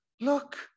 look